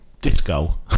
disco